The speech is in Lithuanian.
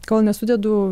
kol nesudedu